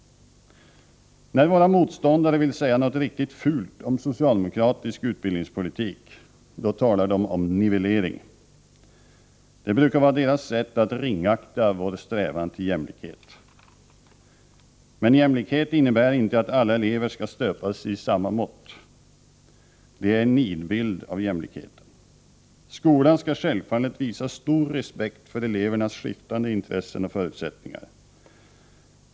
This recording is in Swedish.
När våra motståndare vill säga något riktigt fult om socialdemokratisk utbildningspolitik — då talar de om nivellering. Det är deras sätt att ringakta vår strävan till jämlikhet. Men jämlikhet innebär inte att alla elever skall stöpas i samma mått. Det är en nidbild av jämlikheten. Skolan måste självfallet visa stor respekt för elevernas skiftande intressen och förutsättningar.